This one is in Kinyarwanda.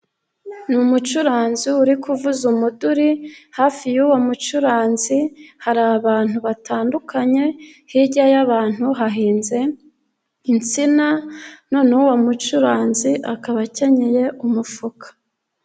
Ni umucuranzi uri kuvuza umuduri, hafi y'uwo mucuranzi hari abantu batandukanye, hirya y'abantu hahinze insina noneho uwo mucuranzi akaba akenyeye umufuka.